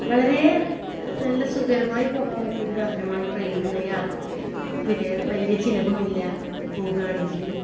വളരെ നല്ല സുഖകരമായി പോകാൻ പറ്റിയൊരു വാഹനമാണ് ട്രെയിൻ എന്ന യാത് പിന്നെ വലിയ ചിലവുമില്ല പോവുകയാണെങ്കിൽ